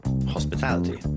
Hospitality